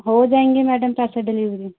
हो जाएँगे मैडम पैसे डिलिवरी